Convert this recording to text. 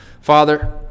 Father